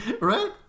Right